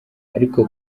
ariko